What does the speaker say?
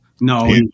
No